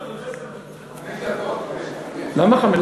עשר דקות.